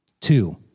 Two